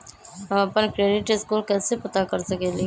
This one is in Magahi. हम अपन क्रेडिट स्कोर कैसे पता कर सकेली?